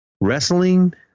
wrestling